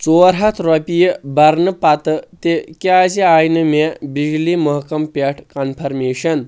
ژور ہَتھ رۄپیہِ برنہٕ پَتہٕ تہِ کِیازِ آیہِ نہٕ مےٚ بجلی مٔہکَم پٮ۪ٹھ کَنفرمیشن